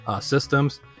systems